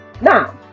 Now